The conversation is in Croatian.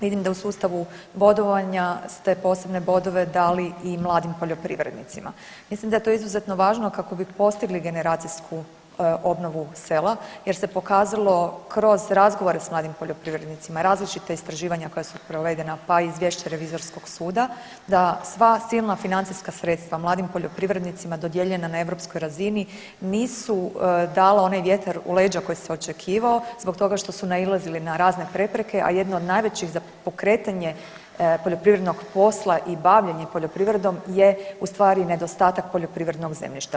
Vidim da u sustavu bodovanja ste posebne bodove dali i mladim poljoprivrednicima, mislim da je to izuzetno važno kako bi postigli generacijsku obnovu sela jer se pokazalo kroz razgovore s mladim poljoprivrednicima, različita istraživanja koja su provedena pa i izvješće revizorskog suda da sva silna financijska sredstva mladim poljoprivrednicima dodijeljena na europskoj razini nisu dala onaj vjetar u leđa koji se očekivao zbog toga što su nailazili na razne prepreke, a jedna od najvećih za pokretanje poljoprivrednog posla i bavljenje poljoprivredom je u stvari nedostatak poljoprivrednog zemljišta.